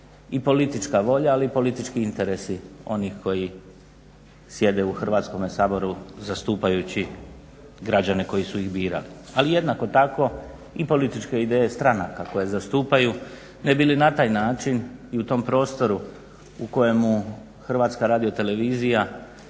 i politička volja, ali i politički interesi onih koji sjede u Hrvatskom saboru zastupajući građane koji su ih birali, ali jednako tako i političke ideje stranaka koje zastupaju ne bi li na taj način i u tom prostoru u kojemu HRT zauzima